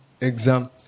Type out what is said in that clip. exam